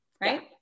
Right